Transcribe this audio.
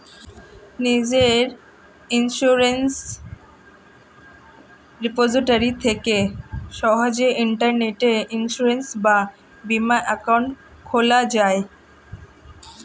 নিজের insurance repository থেকে সহজেই ইন্টারনেটে ইন্সুরেন্স বা বীমা অ্যাকাউন্ট খোলা যায়